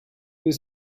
was